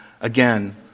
again